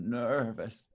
nervous